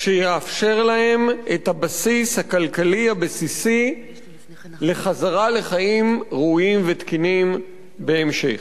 שיאפשר להן את הבסיס הכלכלי לחזרה לחיים ראויים ותקינים בהמשך.